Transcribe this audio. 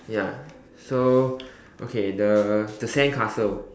ya so okay the the sandcastle